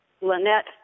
Lynette